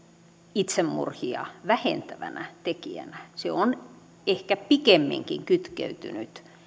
itsemurhia vähentävänä tekijänä se on ehkä pikemminkin kytkeytynyt